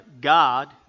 God